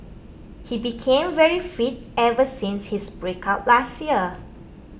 he became very fit ever since his breakup last year